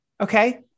Okay